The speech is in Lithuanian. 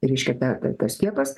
reiškia ta tas kietas